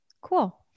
cool